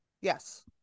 Yes